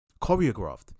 choreographed